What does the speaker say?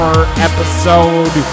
episode